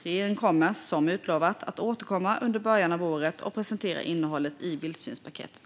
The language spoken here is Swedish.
Regeringen kommer, som utlovat, att återkomma under början av året och presentera innehållet i vildsvinspaketet.